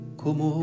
como